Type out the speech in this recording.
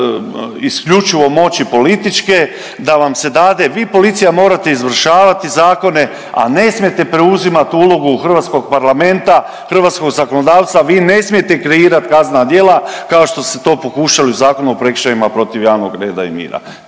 isključivo moći političke da vam se dade, vi policija morate izvršavati zakone, a ne smijete preuzimati ulogu hrvatskog parlamenta, hrvatskog zakonodavca, vi ne smijete kreirati kaznena djela kao što se to pokušali u Zakonu o prekršajima protiv javnog reda i mira.